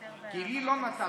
כי לי לא נתת.